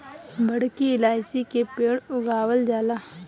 बड़की इलायची के पेड़ उगावल जाला